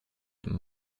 nennt